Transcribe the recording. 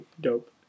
dope